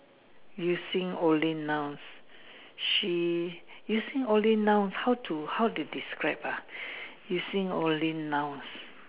using only nouns she using only nouns how to how to describe ah using only nouns